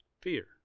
Fear